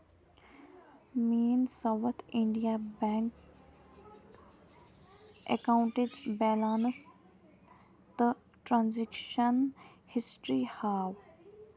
میٛٲںی south Indian bank اکاونٹٕچ balance تہٕ transaction history ہاو